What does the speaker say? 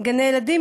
גני-ילדים,